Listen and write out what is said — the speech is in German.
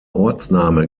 ortsname